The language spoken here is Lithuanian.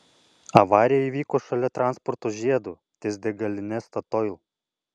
avarija įvyko šalia transporto žiedo ties degaline statoil